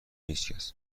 هیچکس